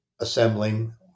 Assembling